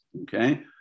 Okay